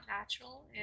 natural